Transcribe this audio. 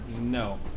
no